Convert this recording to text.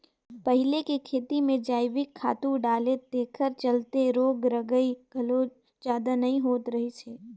पहिले के खेती में जइविक खातू डाले तेखर चलते रोग रगई घलो जादा नइ होत रहिस हे